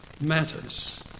matters